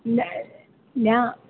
न न